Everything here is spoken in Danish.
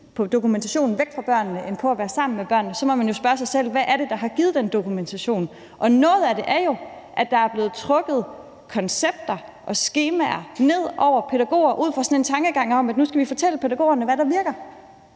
på dokumentation væk fra børnene end på at være sammen med børnene, så har man jo også brug for lige at tænke lidt over og spørge sig selv, hvad det er, der har givet den dokumentation. Og noget af det er jo, at der er blevet trukket koncepter og skemaer ned over hovedet på pædagogerne ud fra sådan en tankegang om, at nu skal vi fortælle pædagogerne, hvad der virker.